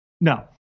No